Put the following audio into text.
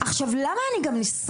עכשיו, למה אני גם נשרפת?